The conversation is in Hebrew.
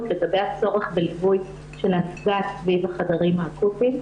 לגבי הצורך בליווי הנפגעת סביב החדרים האקוטיים.